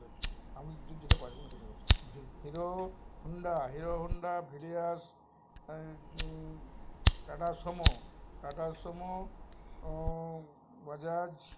আমি যেটা পারব সেটা Hero Honda Hero Honda tata Sumo Tata Sumo Bajaj